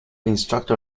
instructor